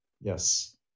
Yes